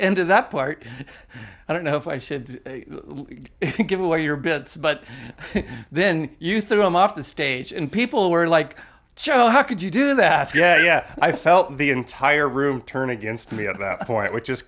k that part i don't know if i should give away your bits but then you threw him off the stage and people were like cho how could you do that yeah i felt the entire room turn against me at that point which is